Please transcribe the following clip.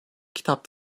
kitap